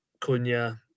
Cunha